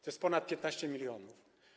To jest ponad 15 mln.